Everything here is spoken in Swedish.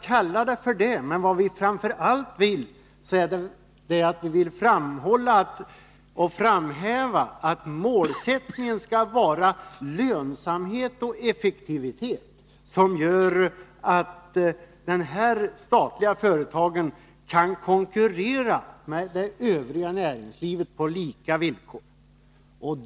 Kalla det gärna så, men vad vi framför allt vill är att framhäva att målsättningen skall vara lönsamhet och effektivitet, som gör att dessa statliga företag kan konkurrera med det övriga näringslivet på lika villkor.